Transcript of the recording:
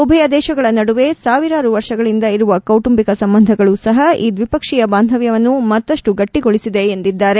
ಉಭಯ ದೇಶಗಳ ನಡುವೆ ಸಾವಿರಾರು ವರ್ಷಗಳಿಂದ ಇರುವ ಕೌಟುಂಬಿಕ ಸಂಬಂಧಗಳೂ ಸಹ ಈ ದ್ವಿಪಕ್ಷಿಯ ಬಾಂಧವ್ಯವನ್ನು ಮತ್ತಷ್ಟು ಗಟ್ಟಗೊಳಿಸಿವೆ ಎಂದಿದ್ದಾರೆ